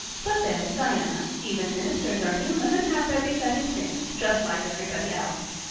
but then, diana, even ministers are human and have their besetting sins just like everybody else.